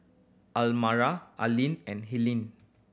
Aline and Helaine